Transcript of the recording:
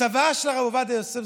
הצוואה של הרב עובדיה יוסף,